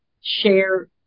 share